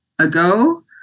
Ago